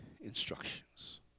instructions